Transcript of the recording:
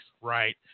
Right